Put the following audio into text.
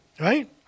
right